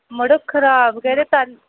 मड़ो खराब गै ते